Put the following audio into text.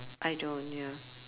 I don't ya